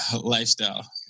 lifestyle